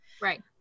Right